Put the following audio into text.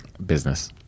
business